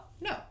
No